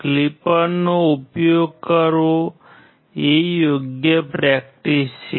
ક્લિપરનો ઉપયોગ કરવો એ યોગ્ય પ્રેક્ટિસ છે